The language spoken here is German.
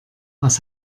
was